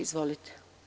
Izvolite.